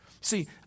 See